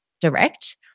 direct